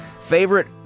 Favorite